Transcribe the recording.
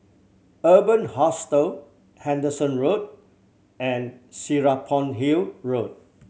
Urban Hostel Henderson Road and Serapong Hill Road